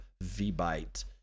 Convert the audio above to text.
V-byte